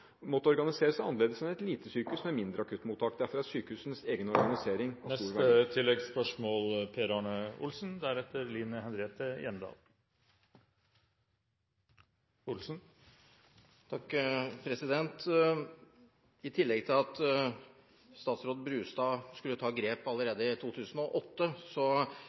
måtte organisere seg annerledes enn et lite sykehus med mindre akuttmottak . Derfor er sykehusenes egen organisering … Per Arne Olsen – til oppfølgingsspørsmål. I tillegg til at daværende statsråd Brustad skulle ta grep allerede i 2008,